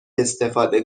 استفاده